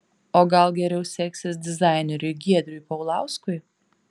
o gal geriau seksis dizaineriui giedriui paulauskui